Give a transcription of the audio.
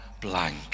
blank